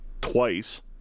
twice